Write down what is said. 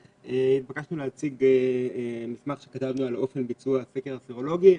התבקשנו להציג מסמך שכתבנו על אופן ביצוע הסקר הסרולוגי.